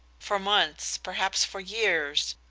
for months, perhaps for years,